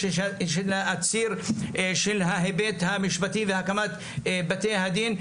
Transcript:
יש את הציר של ההיבט המשפטי והקמת בתי הדין.